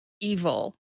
evil